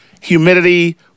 humidity